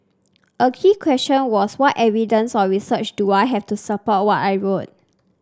a key question was what evidence or research do I have to support what I wrote